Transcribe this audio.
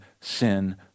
sin